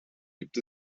gibt